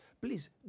please